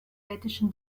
lettischen